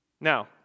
Now